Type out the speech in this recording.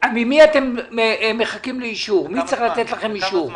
ממי אתם מחכים לאישור, מי צריך לתת לכם אישור?